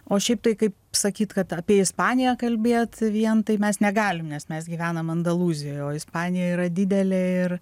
o šiaip tai kaip sakyt kad apie ispaniją kalbėt vien tai mes negalim nes mes gyvenam andalūzijoj o ispanija yra didelė ir